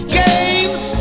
games